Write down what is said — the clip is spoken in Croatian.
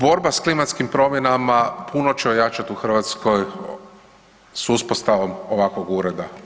Borba s klimatskim promjenama puno će ojačati u Hrvatskoj s uspostavom ovakvog Ureda.